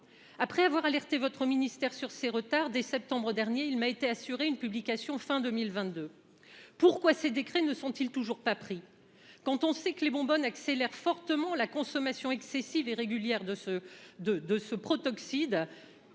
après avoir alerté votre ministère sur ses retards dès septembre dernier. Il m'a été assuré une publication fin 2022. Pourquoi ces décrets ne sont-ils toujours pas pris quand on sait que les bonbonnes accélère fortement la consommation excessive et régulière de ce, de,